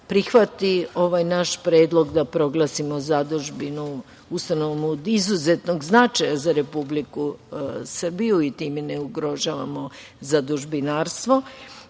prihvati ovaj naš predlog, da proglasimo zadužbinu ustanovom od izuzetnog značaja za Republiku Srbiju i time ne ugrožavamo zadužbinarstvo